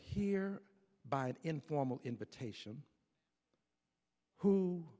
here by an informal invitation who